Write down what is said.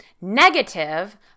negative